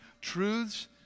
truths